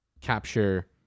capture